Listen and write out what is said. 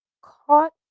caught